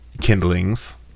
kindlings